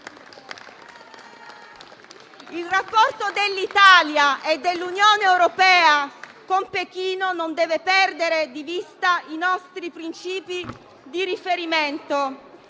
Il rapporto dell'Italia e dell'Unione europea con Pechino non deve perdere di vista i nostri principi di riferimento.